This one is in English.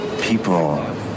people